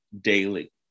daily